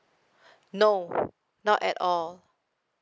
no not at all